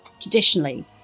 traditionally